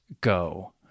go